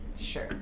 Sure